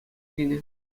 кӗнӗ